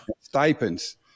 stipends